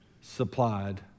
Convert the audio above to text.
supplied